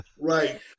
Right